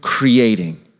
creating